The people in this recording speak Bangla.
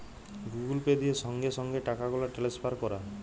গুগুল পে দিয়ে সংগে সংগে টাকাগুলা টেলেসফার ক্যরা